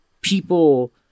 people